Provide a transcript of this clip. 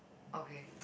okay